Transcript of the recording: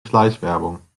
schleichwerbung